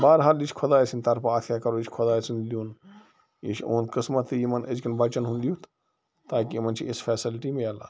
بہرحال یہِ چھُ خۄداے سنٛدۍ طرفہٕ اَتھ کیٛاہ کَرو یہِ چھُ خۄداے سُنٛد دیٛن یہِ چھُ اُہنٛد قسمَت تہٕ یِمن أزۍ کیٚن بَچن ہُنٛد یہِ تاکہِ یِمن چھِ یژھ فیسَلٹی میلان